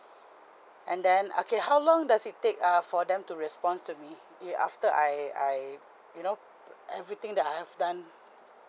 and then okay how long does it take uh for them to respond to me it after I I you know everything that I have done